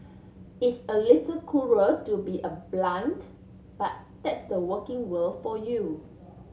it's a little cruel to be a blunt but that's the working world for you